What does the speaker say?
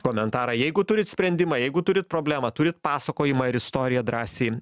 komentarą jeigu turit sprendimą jeigu turit problemą turit pasakojimą ar istoriją drąsiai